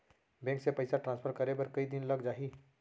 Bank से पइसा transfer करे बर कई दिन लग जाही?